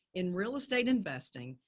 in real estate investing,